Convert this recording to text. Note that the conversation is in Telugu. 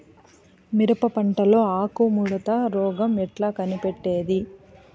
మిరప పంటలో ఆకు ముడత రోగం ఎట్లా కనిపెట్టేది?